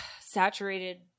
saturated